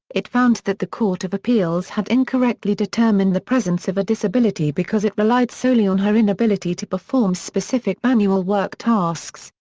it found that the court of appeals had incorrectly determined the presence of a disability because it relied solely on her inability to perform specific manual work tasks,